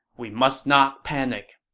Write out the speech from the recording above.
we must not panic.